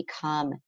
become